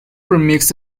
remixed